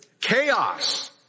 chaos